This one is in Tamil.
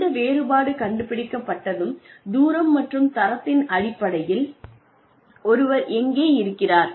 இந்த வேறுபாடு கண்டுபிடிக்கப்பட்டதும் தூரம் மற்றும் தரத்தின் அடிப்படையில் ஒருவர் எங்கே இருக்கிறார்